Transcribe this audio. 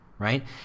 right